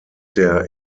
der